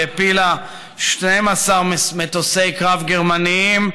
שהפילה 12 מטוסי קרב גרמניים,